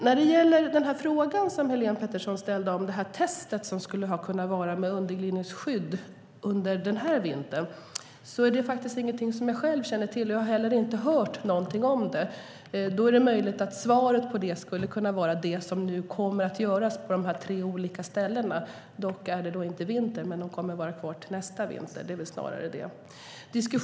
När det gäller Helene Peterssons fråga om testet med underglidningsskydd som skulle ha ägt rum den här vintern känner jag inte till svaret. Jag har inte hört något om detta. Det är möjligt att svaret är det som nu kommer att göras på de tre olika ställena. Det är visserligen inte vinter nu, men de kommer att vara kvar till nästa vinter.